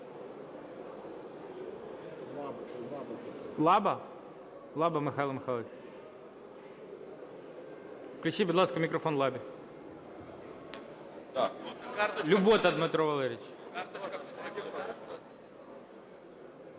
Лаба Михайло Михайлович. Включіть, будь ласка, мікрофон Лабі. Любота Дмитро Валерійович.